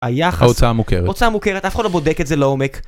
היחס, ההוצאה מוכרת, ההוצאה מוכרת אף אחד לא בודק את זה לא עומק